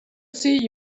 see